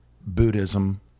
Buddhism